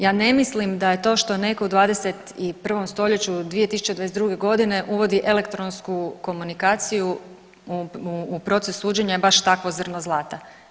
Ja ne mislim da je to što netko u 21. stoljeću 2022. godine uvodi elektronsku komunikaciju u proces suđenja je baš takvo zrno zlata.